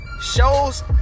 shows